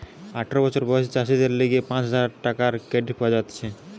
আঠারো বছর বয়সী চাষীদের লিগে পাঁচ হাজার টাকার ক্রেডিট পাওয়া যাতিছে